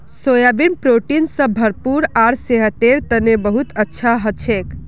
soybean protein स भरपूर आर सेहतेर तने बहुत अच्छा हछेक